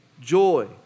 joy